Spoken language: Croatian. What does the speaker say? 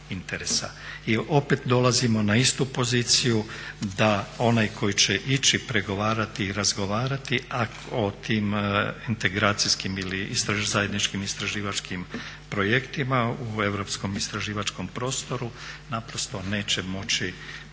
I opet dolazimo na istu poziciju da onaj koji će ići pregovarati i razgovarati o tim integracijskim ili zajedničkim istraživačkim projektima u europskom istraživačkom prostoru naprosto neće moći